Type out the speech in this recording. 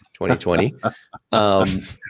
2020